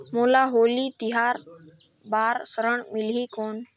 मोला होली तिहार बार ऋण मिलही कौन?